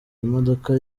imodoka